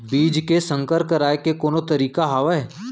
बीज के संकर कराय के कोनो तरीका हावय?